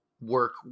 work